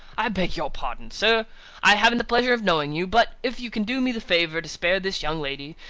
i beg your pardon, sir i haven't the pleasure of knowing you but, if you can do me the favour to spare this young lady,